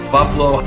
Buffalo